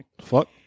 Fuck